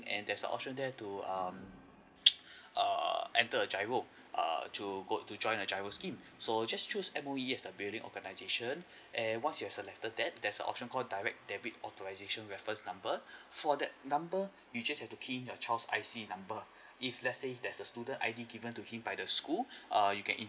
and there's a option there to um err enter a giro err to go to join a giro scheme so just choose M_O_E as a billing organisation and once you have selected that there's a option called direct debit authorisation reference number for that number you just have to key in your child's I_C number if let's say if there's a student I_D given to him by the school err you can